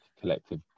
collective